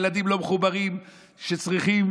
ילדים שצריכים